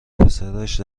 پسرش